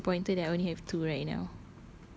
I am a bit disappointed that I only have two right now